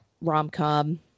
rom-com